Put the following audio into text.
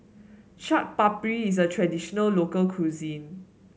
Chaat Papri is a traditional local cuisine